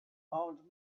armed